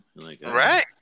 Right